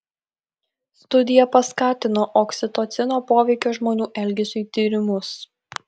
studija paskatino oksitocino poveikio žmonių elgesiui tyrimus